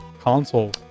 console